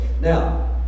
Now